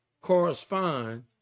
correspond